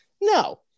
No